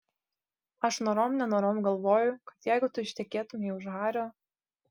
aš norom nenorom galvoju kad jeigu tu ištekėtumei už hario